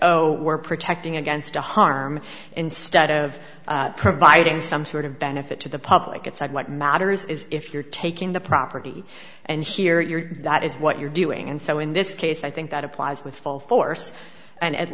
oh we're protecting against the harm instead of providing some sort of benefit to the public it's like what matters is if you're taking the property and here you're that is what you're doing and so in this case i think that applies with full force and at